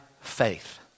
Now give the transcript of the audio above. faith